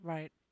Right